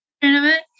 tournament